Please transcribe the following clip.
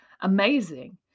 amazing